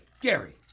gary